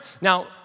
Now